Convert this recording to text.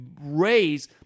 raise